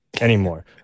anymore